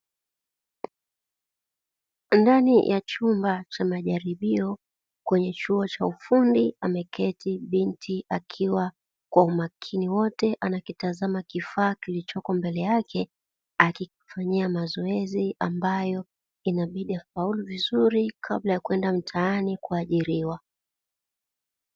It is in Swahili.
Ndani ya chumba cha majaribio kwenye chuo cha ufundi ameketi binti akiwa kwa umakini wote anakitazama kifaa kilichopo mbele yake, akifanyia mazoezi ambayo inabidi afaulu vizuri kabla ya kwenda mtaani kuajiriwa.